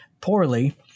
poorly